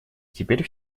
теперь